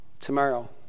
tomorrow